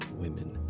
women